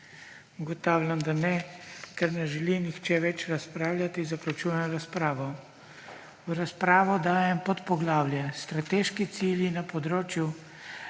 Ugotavljam, da ne. Ker ne želi nihče več razpravljati zaključujem razpravo. V razpravo dajem podpoglavje Strateški cilji na področju